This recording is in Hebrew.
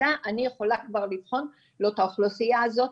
אני יכולה כבר לבחון את האוכלוסייה הזו,